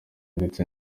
ndetse